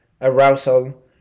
arousal